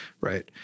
right